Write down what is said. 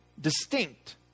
distinct